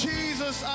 Jesus